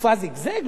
מופז זיגזג?